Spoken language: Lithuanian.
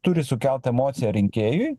turi sukelt emociją rinkėjui